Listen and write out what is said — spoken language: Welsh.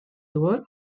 dŵr